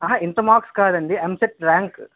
inter marks కాదండి EAMCET rank